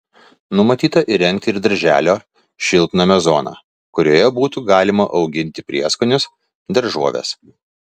numatyta įrengti ir darželio šiltnamio zoną kurioje būtų galima auginti prieskonius daržoves